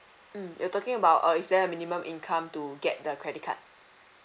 mm you're talking about err is there a minimum income to get the credit card